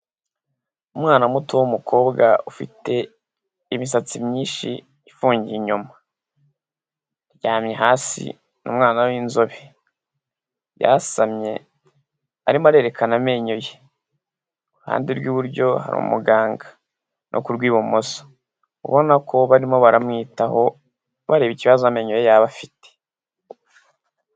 Umwana muto w'umukobwa ufite imisatsi myinshi ifungiye inyuma, aryamye hasi ni umwana w'inzobe, yasamye arimo arerekana amenyo ye, iruhande rw'iburyo hari umuganga no ku rw'ibumoso, ubona ko barimo baramwitaho bareba ikibazo amenyo ye yaba afite.